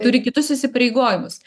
turi kitus įsipareigojimus